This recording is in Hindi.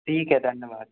ठीक है धन्यवाद